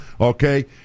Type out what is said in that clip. Okay